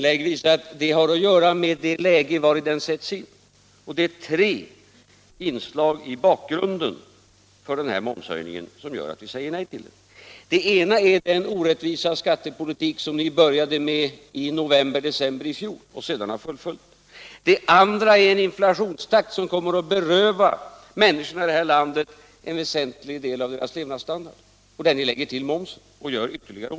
Det är tre inslag i bakgrunden för den här momshöjningen som gör att vi säger nej till den. Det första är den orättvisa skattepolitik som ni började med i november-december i fjol och sedan har fullföljt. Det andra är den inflationstakt som kommer att göra det svårt för människorna i detta land att behålla sin levnadsstandard. Där ökar ni momsen och gör ont värre.